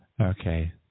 Okay